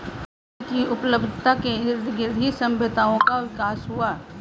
जल की उपलब्धता के इर्दगिर्द ही सभ्यताओं का विकास हुआ